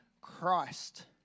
Christ